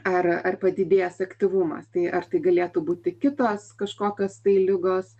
ar ar padidėjęs aktyvumas tai ar tai galėtų būti kitos kažkokios tai ligos